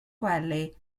gwely